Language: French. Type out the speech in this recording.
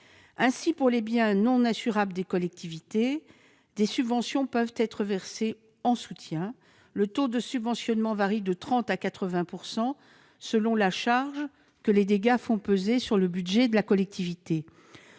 Ainsi, pour les biens non assurables des collectivités, des subventions peuvent être versées en soutien. Le taux de subventionnement varie de 30 % à 80 % selon la charge que les dégâts font peser sur le budget de la collectivité.